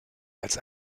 als